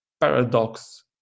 paradox